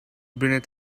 beneath